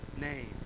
name